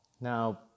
now